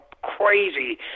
crazy